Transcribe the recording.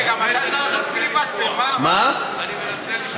אני מנסה לשכוח.